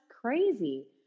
crazy